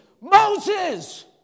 Moses